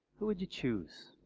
who would you choose?